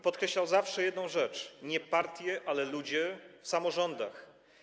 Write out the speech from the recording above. Podkreślał zawsze jedną rzecz: nie partie, ale ludzie w samorządach.